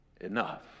enough